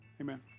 Amen